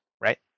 right